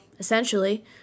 essentially